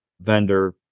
vendor